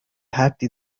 حدی